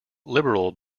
liberal